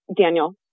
Daniel